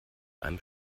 einem